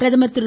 பிரதமர் திரு